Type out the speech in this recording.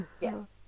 yes